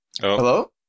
Hello